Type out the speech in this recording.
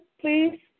please